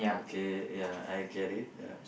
okay ya I get it ya